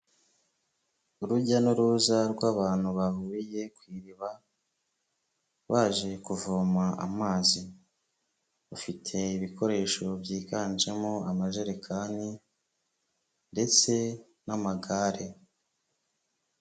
Urujya n'uruza rw'abantu bahuriye ku iriba, baje kuvoma amazi. Bafite ibikoresho byiganjemo amajerekani, ndetse n'amagare.